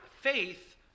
faith